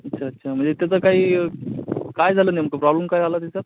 अच्छा अच्छा म्हणजे त्याचा काही काय झालं नेमकं प्रॉब्लेम काय आला त्याचा